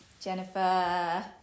Jennifer